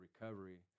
recovery